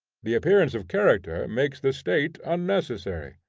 the appearance of character makes the state unnecessary.